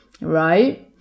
Right